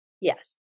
Yes